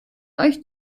euch